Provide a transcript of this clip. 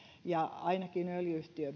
ja ainakin öljy yhtiö